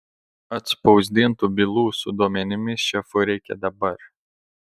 atspausdintų bylų su duomenimis šefui reikia dabar